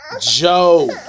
Joe